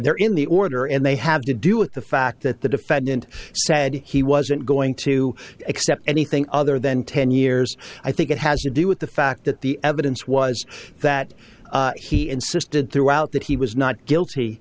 there in the order and they have to do with the fact that the defendant said he wasn't going to accept anything other than ten years i think it has to do with the fact that the evidence was that he insisted throughout that he was not guilty